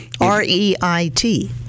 R-E-I-T